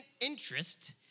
interest